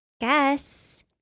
Guess